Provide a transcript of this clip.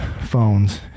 phones